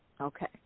Okay